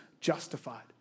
justified